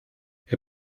herr